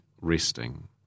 resting